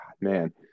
man